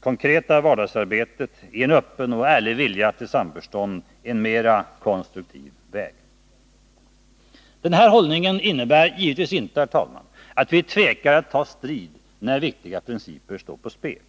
konkreta vardagsarbetet är en öppen och ärlig vilja till samförstånd en mera konstruktiv väg. Denna hållning innebär givetvis inte, herr talman, att vi tvekar att ta strid när viktiga principer står på spel.